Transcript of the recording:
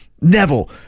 Neville